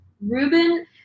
Ruben